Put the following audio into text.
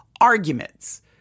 arguments